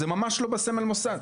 זה ממש לא בסמל מוסד.